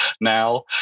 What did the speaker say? now